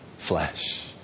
flesh